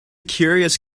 curious